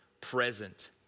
present